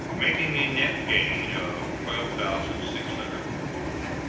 making a net gain of twelve thousand six hundred and four.